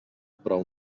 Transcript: prou